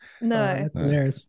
no